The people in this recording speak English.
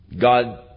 God